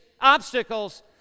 obstacles